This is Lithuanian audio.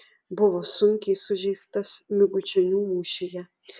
buvo sunkiai sužeistas miguičionių mūšyje